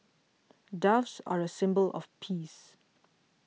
doves are a symbol of peace